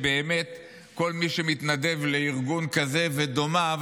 ובאמת כל מי שמתנדבים לארגון כזה ודומיו